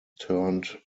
turned